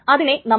അങ്ങനെ അങ്ങനെ